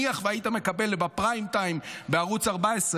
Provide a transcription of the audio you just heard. נניח שהיית מקבל בפריים טיים בערוץ 14,